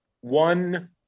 one